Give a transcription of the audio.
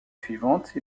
suivante